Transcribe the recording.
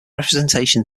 representation